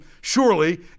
Surely